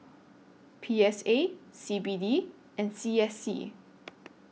P S A C B D and C S C